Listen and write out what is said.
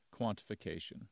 quantification